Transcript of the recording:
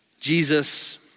Jesus